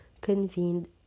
convened